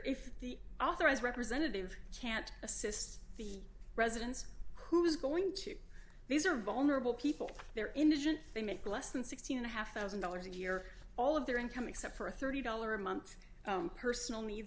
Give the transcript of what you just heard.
if the authorized representative can't assist the residents who is going to these are vulnerable people they're indigent they make less than sixty and a half one thousand dollars a year all of their income except for a thirty dollars a month personal needs